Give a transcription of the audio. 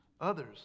others